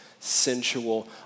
Sensual